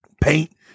paint